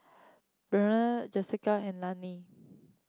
Breann Jesica and Lanny